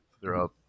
throughout